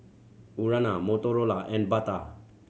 Urana Motorola and Bata